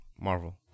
Marvel